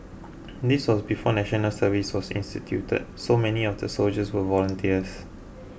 this was before National Service was instituted so many of the soldiers were volunteers